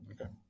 Okay